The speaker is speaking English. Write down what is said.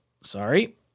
Sorry